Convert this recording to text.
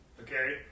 Okay